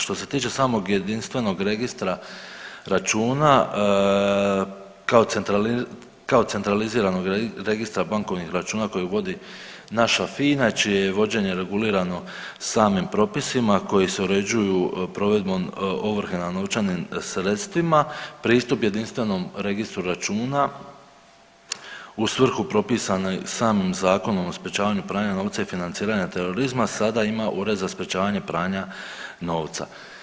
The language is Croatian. Što se tiče samog jedinstvenog registra računa kao centraliziranog registra bankovnih računa koji vodi naša FINA, čije je vođenje regulirano samim propisima koji se uređuju provedbom ovrhe nad novčanim sredstvima, pristup jedinstvenom registru računa u svrhu propisane samim Zakonom o sprečavanju pranja novca i financiranja terorizma sada ima Ured za sprječavanje pranja novca.